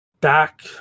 back